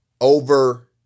Over